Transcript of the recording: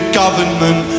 government